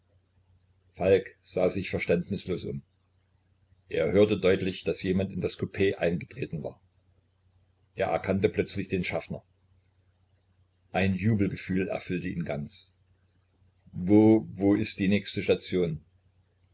falk sah sich verständnislos um er hörte deutlich daß jemand in das coup eingetreten war er erkannte plötzlich den schaffner ein jubelgefühl erfüllte ihn ganz wo wo ist die nächste station